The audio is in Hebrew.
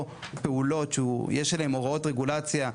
פעולות שיש עליהן הוראות רגולציה מחו"ל,